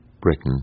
britain